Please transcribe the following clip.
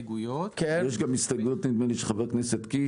יש גם הסתייגויות אישיות של חבר הכנסת קיש.